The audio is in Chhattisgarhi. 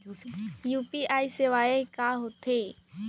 यू.पी.आई सेवाएं का होथे?